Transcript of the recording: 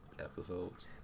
episodes